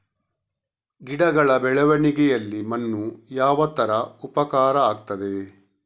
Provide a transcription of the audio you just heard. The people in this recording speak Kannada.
ಗಿಡಗಳ ಬೆಳವಣಿಗೆಯಲ್ಲಿ ಮಣ್ಣು ಯಾವ ತರ ಉಪಕಾರ ಆಗ್ತದೆ?